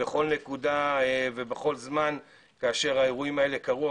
בכל נקודה ובכל זמן כאשר האירועים האלה קרו,